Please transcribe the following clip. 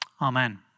Amen